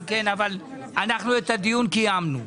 את הדיון קיימנו.